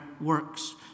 works